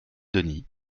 denis